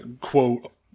quote